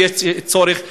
אם יש צורך להתחשבן,